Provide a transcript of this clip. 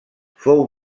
fou